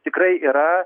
tikrai yra